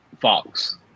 Fox